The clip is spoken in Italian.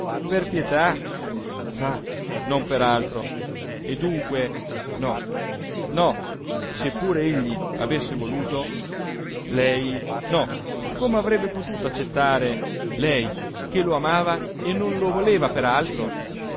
per pietà ah non per altro e dunque no no seppure egli avesse voluto lei no come avrebbe potuto accettare lei che lo amava e non lo voleva